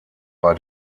bei